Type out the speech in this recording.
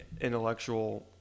intellectual